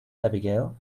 abigail